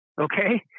okay